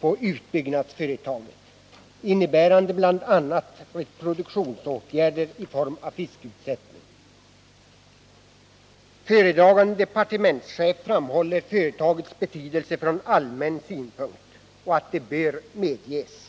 på utbyggnadsföretaget, innebärande bl.a. reproduktionsåtgärder i form av fiskutsättning. Föredragande departementschef framhåller företagets betydelse från allmän synpunkt och anser att det bör medges.